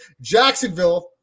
Jacksonville